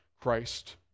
Christ